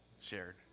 shared